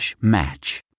match